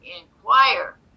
inquire